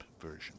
version